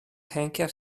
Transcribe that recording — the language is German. henker